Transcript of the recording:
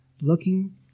looking